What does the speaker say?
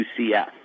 UCF